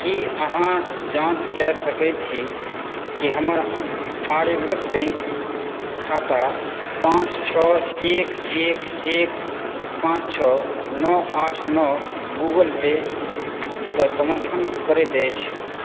की अहाँ जाँच कए सकैत छी कि हमर आर्यवर्त बैंक खाता पाँच छओ एक एक एक एक पाँच छओ नओ आठ नओ गूगल पेकऽ समर्थन करैत अछि